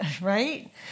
Right